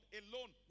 alone